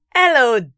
Hello